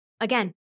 Again